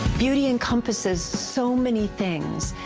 beauty encompasses so many things.